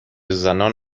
زنان